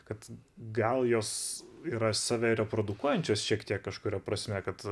kad gal jos yra save reprodukuojančios šiek tiek kažkuria prasme kad